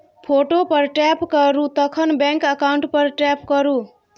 photo पर tap करु तखन बैंक अकाउंट पर टैप करु